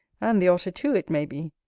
and the otter too, it may be.